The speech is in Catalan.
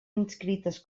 inscrites